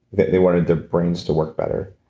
they wanted their brains to work better.